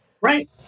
Right